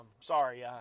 sorry